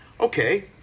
Okay